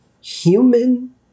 human